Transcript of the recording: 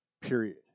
Period